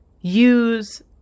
use